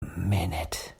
minute